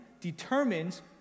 determines